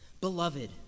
Beloved